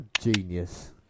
Genius